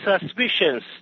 suspicions